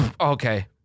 Okay